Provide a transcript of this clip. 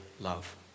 love